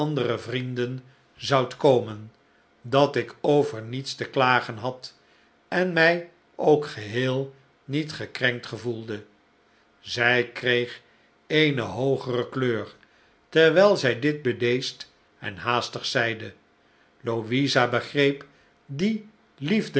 andere vrienden zoudt komen dat ik over niets te klagen had en mij ook geheel niet gekrenkt gevoelde zij kreeg eene hoogere kleur terwijl zij dit bedeesd en haastig zeide louisa begreep die